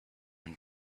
and